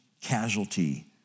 casualty